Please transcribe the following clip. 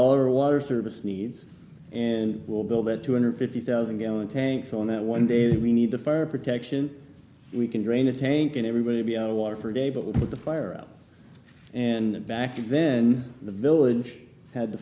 all or water service needs and will build that two hundred fifty thousand gallon tanks on that one day we need the fire protection we can drain a tank and everybody out of water for a day but we put the fire out and back and then the village had the